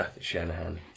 Shanahan